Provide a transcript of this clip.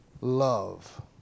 love